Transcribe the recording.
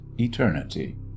eternity